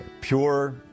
Pure